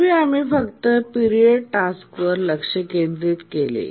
पूर्वी आम्ही फक्त पिरियॉडिक टास्कवर लक्ष केंद्रित केले